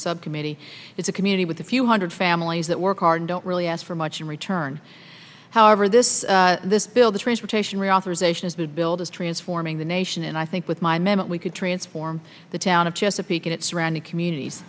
subcommittee it's a community with a few hundred families that work hard and don't really ask for much in return however this this bill the transportation reauthorization is that build is transforming the nation and i think with my minute we could transform the town of chesapeake and its surrounding communities